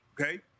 okay